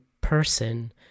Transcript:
person